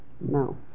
No